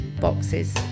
boxes